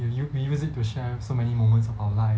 we use we use it to share so many moments of our life